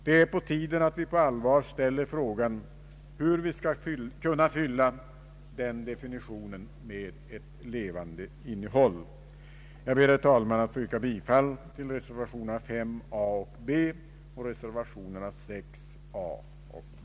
Det är på tiden att vi på allvar ställer frågan hur vi skall kunna fylla denna definition med ett levande innehåll. Jag ber, herr talman, att få yrka bifall till reservationerna a och b vid punkten 17.